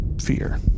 fear